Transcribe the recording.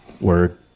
Word